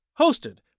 hosted